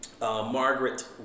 Margaret